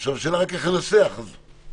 עכשיו השאלה רק איך לנסח את זה.